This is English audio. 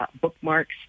bookmarks